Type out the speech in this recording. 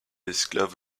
esclave